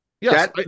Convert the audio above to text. Yes